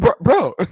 bro